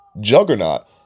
juggernaut